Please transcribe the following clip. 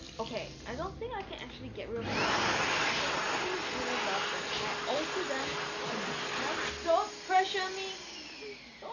okay, i don't think i can actually get rid of my long dresses because i shouldn't really love them i alter them to my height don't pressure me so